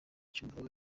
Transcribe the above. cy’umugabo